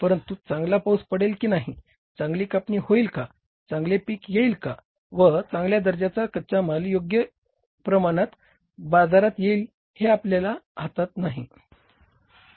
परंतु चांगला पाऊस पडेल की नाही चांगली कापणी होईल का चांगले पीक येईल का व चांगल्या दर्जाचा कच्चा माल योग्य योग्य प्रमाणात बाजारात येईल हे आपल्याहे हातात नाही